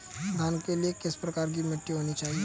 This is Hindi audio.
धान के लिए किस प्रकार की मिट्टी होनी चाहिए?